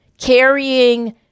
carrying